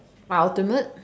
my ultimate